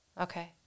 okay